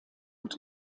und